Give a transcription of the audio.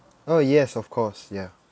oh yes of course ya